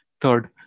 Third